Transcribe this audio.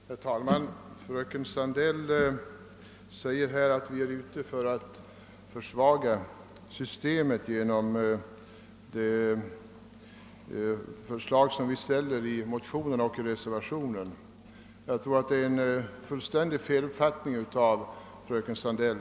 Herr talman! Fröken Sandell säger att vi är ute efter att försvaga systemet genom det förslag som vi framlägger i motionerna och i reservationen. Det är en fullständig feluppfattning, fröken Sandell.